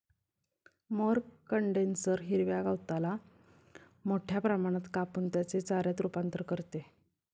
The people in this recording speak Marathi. मोअर कंडेन्सर हिरव्या गवताला मोठ्या प्रमाणात कापून त्याचे चाऱ्यात रूपांतर करते